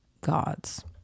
gods